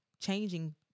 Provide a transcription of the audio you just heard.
changing